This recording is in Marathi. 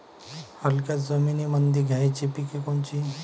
हलक्या जमीनीमंदी घ्यायची पिके कोनची?